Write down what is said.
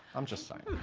i'm just saying.